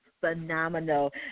phenomenal